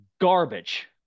garbage